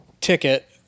ticket